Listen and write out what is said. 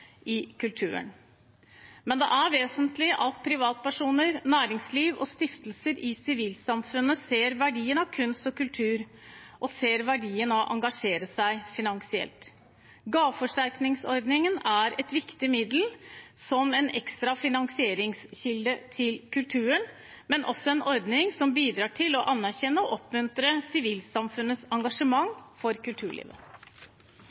i kulturen, men det er vesentlig at privatpersoner, næringsliv og stiftelser i sivilsamfunnet ser verdien av kunst og kultur og ser verdien av å engasjere seg finansielt. Gaveforsterkningsordningen er et viktig virkemiddel som en ekstra finansieringskilde til kulturen, men også en ordning som bidrar til å anerkjenne og oppmuntre sivilsamfunnets